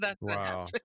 wow